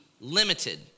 limited